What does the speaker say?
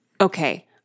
Okay